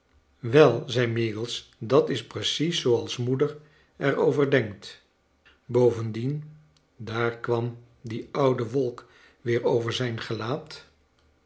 wel zei meagles dat is precies zooals moeder er over denkt bovendien daar kwam die oude wolk weer over zijn gelaat